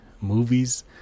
movies